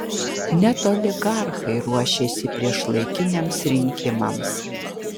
net oligarchai ruošiasi priešlaikiniams rinkimams